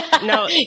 No